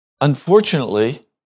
unfortunately